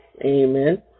amen